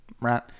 right